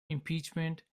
impeachment